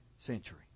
century